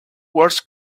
wars